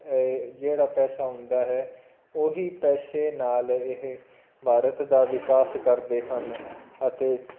ਇਹ ਜਿਹੜਾ ਪੈਸਾ ਹੁੰਦਾ ਹੈ ਉਹ ਹੀ ਪੈਸੇ ਨਾਲ ਇਹ ਭਾਰਤ ਦਾ ਵਿਕਾਸ ਕਰਦੇ ਹਨ ਅਤੇ